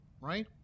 right